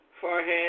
forehead